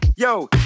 Yo